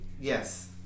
Yes